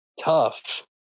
tough